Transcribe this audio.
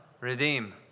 Redeem